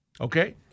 Okay